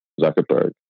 Zuckerberg